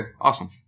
awesome